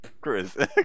Chris